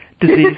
disease